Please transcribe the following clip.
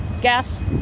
gas